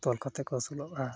ᱛᱚᱞ ᱠᱟᱛᱮᱠᱚ ᱟᱹᱥᱩᱞᱚᱜᱼᱟ